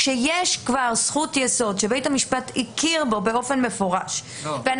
כאשר יש כבר זכות יסוד שבית המשפט הכיר בו באופן מפורש --- זה